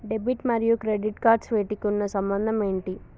Debit మరియు credit cards వీటికి ఉన్న సంబంధం ఏంటి?